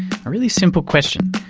really simple question.